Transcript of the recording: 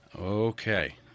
Okay